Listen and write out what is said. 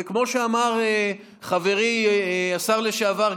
וכמו שאמר חברי השר לשעבר גלנט,